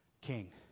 king